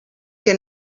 que